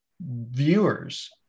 viewers